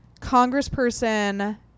Congressperson